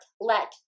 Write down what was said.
let